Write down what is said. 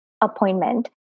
appointment